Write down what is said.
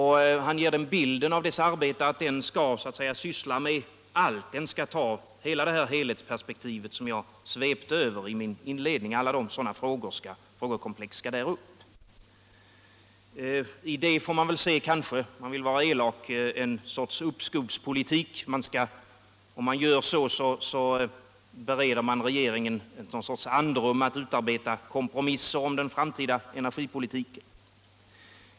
Han förmedlar bilden att den skall syssla med allt — den skall ta upp alla de frågekomplex som jag svepte över med min inledning och anlägga ett helhetsperspektiv. I det kan man, om man vill vara elak, se ett slags uppskovspolitik: Om man gör så, bereder man regeringen andrum att utarbeta kompromisser om den framtida energipolitiken.